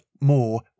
more